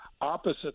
opposite